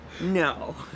no